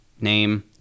name